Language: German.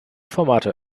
formate